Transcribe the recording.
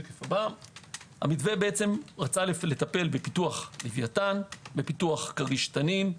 הוא רצה לטפל בפיתוח לוויתן, בפיתוח כריש תנין,